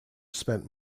spent